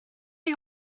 chi